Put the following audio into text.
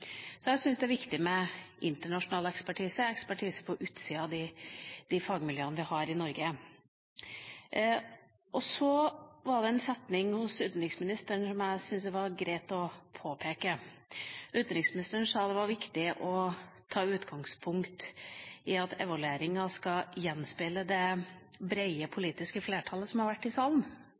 Jeg syns det er viktig med internasjonal ekspertise, ekspertise på utsida av de fagmiljøene vi har i Norge. Så var det en setning hos utenriksministeren som jeg syns det er greit å påpeke. Utenriksministeren sa det var viktig å ta utgangspunkt i at evalueringa skal gjenspeile det brede politiske flertallet som har vært i salen.